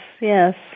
yes